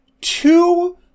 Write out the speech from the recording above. two